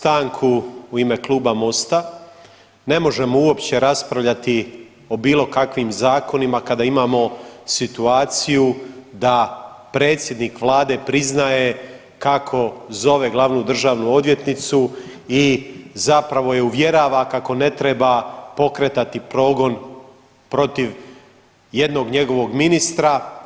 Tražim stanku u ime Kluba Mosta, ne možemo uopće raspravljati o bilo kakvim zakonima kada imamo situaciju da predsjednik vlade priznaje kako zove glavnu državnu odvjetnicu i zapravo je uvjerava kako ne treba pokretati progon protiv jednog njegovog ministra.